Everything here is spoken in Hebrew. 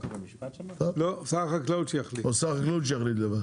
לא, שר החקלאות שיחליט.